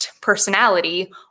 personality